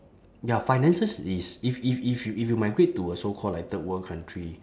ya finances is if if if if you migrate to a so called like third world country